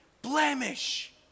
Blemish